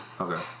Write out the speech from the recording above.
Okay